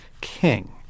king